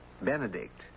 Benedict